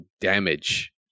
damage